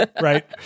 Right